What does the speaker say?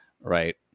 Right